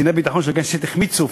קציני הביטחון של הכנסת החמיצו,